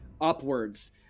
upwards